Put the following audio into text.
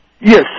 Yes